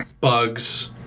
Bugs